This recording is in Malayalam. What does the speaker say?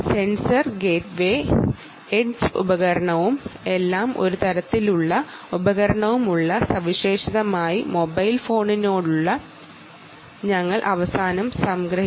സെൻസർ ഗേറ്റ്വേ എഡ്ജ് ഉപകരണം മൊബൈൽ ഫോണിനൊപ്പം ഉപയോഗിക്കുന്നതിനെ കുറിച്ച് ഞങ്ങൾ അവസാനം സംഗ്രഹിച്ചിരുന്നു